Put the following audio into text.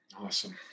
Awesome